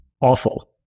awful